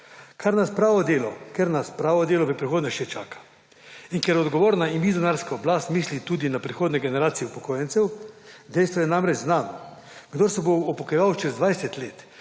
položaj, ker nas pravo delo v prihodnje še čaka, in ker odgovorna in vizionarska oblast misli tudi na prihodnje generacije upokojencev, dejstvo je namreč znano, kdor se bo upokojeval čez 20 let,